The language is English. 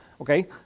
Okay